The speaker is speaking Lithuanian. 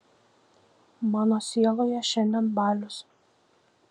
mano sieloje šiandien balius